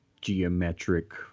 geometric